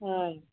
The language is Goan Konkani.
हय